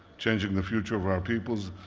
changing the future of our people,